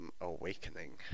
awakening